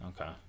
okay